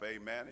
amen